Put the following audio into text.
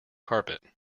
carpet